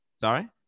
Sorry